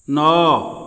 ନଅ